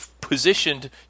positioned